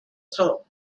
top